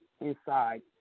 inside